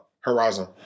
Horizon